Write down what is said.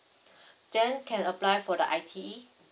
then can apply for the I_T_E